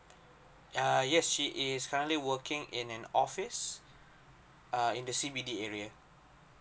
err yes she is currently working in an office uh the C B D area